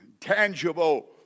tangible